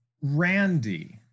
Randy